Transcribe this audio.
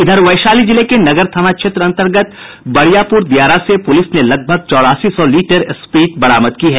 इधर वैशाली जिले के नगर थाना क्षेत्र अंतर्गत बरियापूर दियारा से पूलिस ने लगभग चौरासी सौ लीटर स्प्रीट बरामद की है